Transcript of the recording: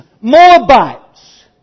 Moabites